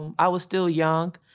um i was still young.